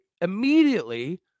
immediately